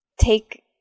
Take